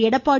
Edappadi